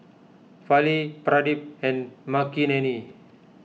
Fali Pradip and Makineni